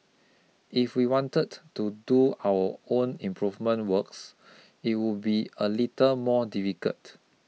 if we wanted to do our own improvement works it would be a little more difficult